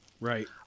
Right